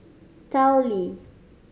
Tao Li